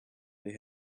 they